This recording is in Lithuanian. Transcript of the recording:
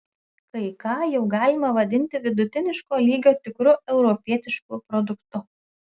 kai ką jau galima vadinti vidutiniško lygio tikru europietišku produktu